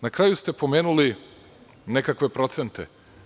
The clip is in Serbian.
Na kraju ste pomenuli nekakve procente.